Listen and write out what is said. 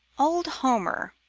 old homer